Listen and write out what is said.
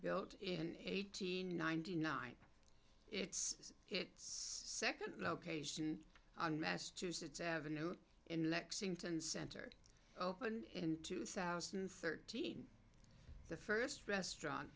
built in eighteen ninety nine it's its second location on massachusetts avenue in lexington center opened in two thousand and thirteen the first restaurant